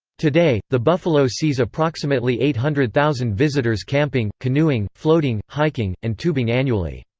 today, the buffalo sees approximately eight hundred thousand visitors camping, canoeing, floating, hiking, and tubing annually.